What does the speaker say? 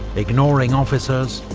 ignoring officers,